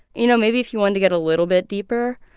you know, maybe if you wanted to get a little bit deeper.